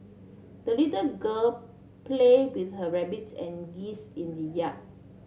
the little girl played with her rabbits and geese in the yard